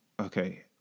Okay